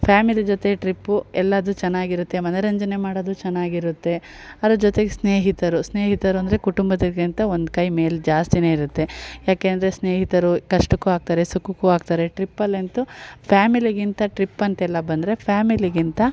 family ಜೊತೆ trip ಎಲ್ಲದು ಚೆನ್ನಾಗಿರುತ್ತೆ ಮನರಂಜನೆ ಮಾಡೋದು ಚೆನ್ನಾಗಿರುತ್ತೆ ಅದ್ರ ಜೊತೆಗೆ ಸ್ನೇಹಿತರು ಸ್ನೇಹಿತರು ಅಂದರೆ ಕುಟುಂಬದಕ್ಕಿಂತ ಒಂದು ಕೈ ಮೇಲೆ ಜಾಸ್ತಿನೇ ಇರುತ್ತೆ ಯಾಕೆ ಅಂದರೆ ಸ್ನೇಹಿತರು ಕಷ್ಟಕ್ಕು ಆಗ್ತಾರೆ ಸುಖಕ್ಕು ಆಗ್ತಾರೆ ಟ್ರಿಪ್ಪಲ್ಲಿ ಅಂತು ಫ್ಯಾಮಿಲಿಗಿಂತ ಟ್ರಿಪ್ ಅಂತೆಲ್ಲ ಬಂದರೆ ಫ್ಯಾಮಿಲಿಗಿಂತ